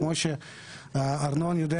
כמו שארנון יודע